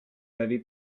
avez